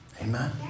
Amen